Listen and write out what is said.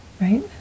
right